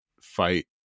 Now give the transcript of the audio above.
fight